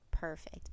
Perfect